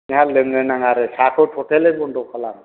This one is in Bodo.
नोंहा लोंनो नाङा आरो साहाखौ थटेलि बन्द' खालाम